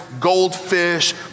goldfish